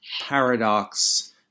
paradox